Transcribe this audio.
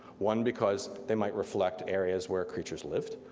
one because they might reflect areas where creatures lived.